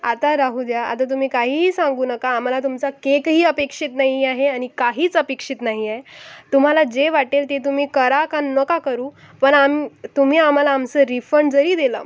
आता राहू द्या आता तुम्ही काहीही सांगू नका आम्हाला तुमचा केकही अपेक्षित नाही आहे आणि काहीच अपेक्षित नाही आहे तुम्हाला जे वाटेल ते तुम्ही करा का नका करू पण आम तुम्ही आम्हाला आमचा रिफंड जरी दिला